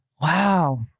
Wow